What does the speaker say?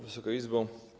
Wysoka Izbo!